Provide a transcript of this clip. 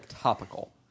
topical